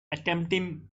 attempting